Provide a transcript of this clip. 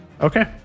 Okay